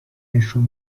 نشون